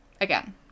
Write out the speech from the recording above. Again